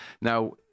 Now